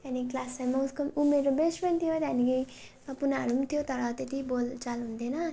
त्यहाँदेखि क्लाससम्म ऊ मेरो बेस्ट फ्रेन्ड थियो त्यहाँदेखि सपनाहरू पनि थियो तर त्यति बोलचाल हुन्थेन